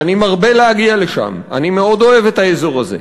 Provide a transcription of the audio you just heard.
ואני מרבה להגיע לשם, אני מאוד אוהב את האזור הזה.